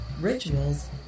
rituals